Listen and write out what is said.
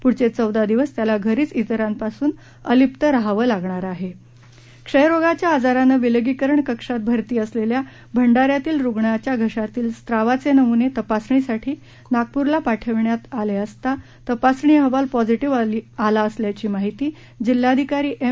प्ढचे चौदा दिवस त्याला घरीच इतरांपासून अलिप्त राहावं लागणार आहे क्षयरोगाच्या आजारानं विलगीकरण कक्षात रुग्णाच्या घशातील स्त्रावाचे नमूने तपासणीसाठी नागप्रला पाठविण्यात आला असता तपासणी अहवाल पॉझिटिव्ह आला असल्याची माहिती जिल्हाधिकारी एम